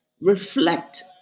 reflect